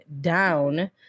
down